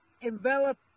envelop